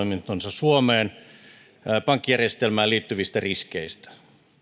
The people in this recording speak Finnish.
suomeen pankkijärjestelmään liittyvistä riskeistä